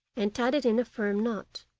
and tied it in a firm knot.